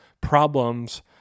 problems